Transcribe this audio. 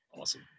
Awesome